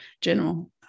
general